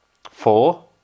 four